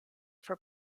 for